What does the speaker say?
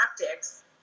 tactics